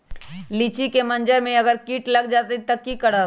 लिचि क मजर म अगर किट लग जाई त की करब?